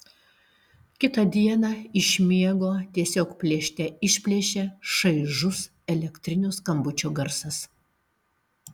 kitą dieną iš miego tiesiog plėšte išplėšia šaižus elektrinio skambučio garsas